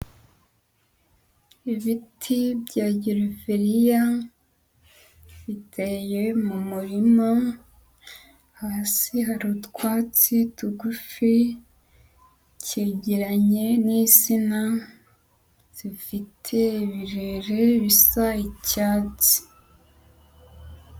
Ibiti byagereveriya biteye mu murima. Hasi hari utwatsi tugufi cyegeranye n'isinsina zifite ibirere bisa icyatsi.